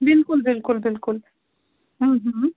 بِلکُل بِلکُل بِلکُل